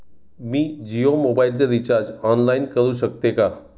मी जियो मोबाइलचे recharge online करू शकते का?